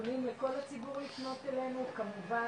פונים לכל הציבור לפנות אלינו, כמובן